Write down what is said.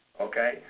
okay